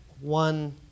one